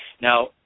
now